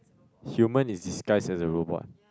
human is disguise as a robot